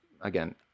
again